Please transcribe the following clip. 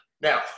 Now